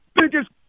biggest